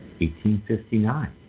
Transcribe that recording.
1859